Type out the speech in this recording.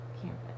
campus